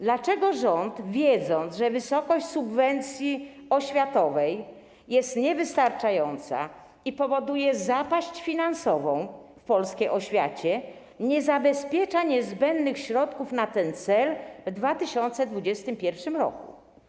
Dlaczego rząd, wiedząc, że wysokość subwencji oświatowej jest niewystarczająca i powoduje zapaść finansową w polskiej oświacie, nie zabezpiecza niezbędnych środków na ten cel w 2021 r.